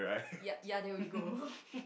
ya ya there we go